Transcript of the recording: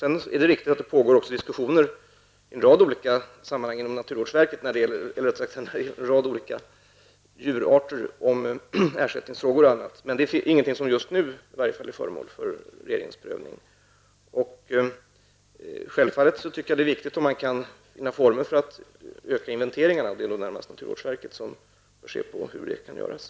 Det pågår också inom naturvårdsverket diskussioner om ersättning när det gäller en rad olika djurarter, men det är ingenting som i varje fall nu är föremål för regeringens prövning. Självfallet är det viktigt att finna former för att utöka inventeringarna. Det är då närmast naturvårdsverket som undersöker den saken.